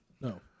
No